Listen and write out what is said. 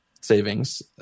savings